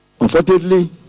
Unfortunately